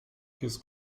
his